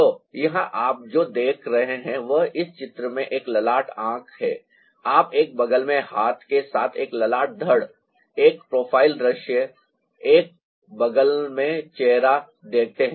तो यहाँ आप जो देख रहे हैं वह इस चरित्र में एक ललाट आंख है आप एक बग़ल में हाथ के साथ एक ललाट धड़ एक प्रोफ़ाइल दृश्य एक बग़ल में चेहरा देखते हैं